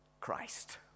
Christ